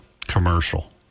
commercial